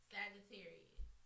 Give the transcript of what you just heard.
Sagittarius